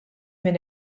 minn